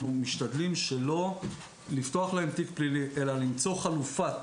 אנחנו משתדלים שלא לפתוח להם תיק פלילי אלא למצוא חלופת